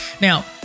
Now